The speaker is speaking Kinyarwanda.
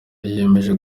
yiyemeje